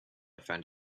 found